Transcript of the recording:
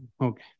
Okay